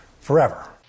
forever